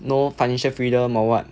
no financial freedom or what